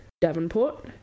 Davenport